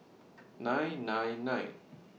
nine nine nine